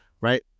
right